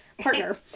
partner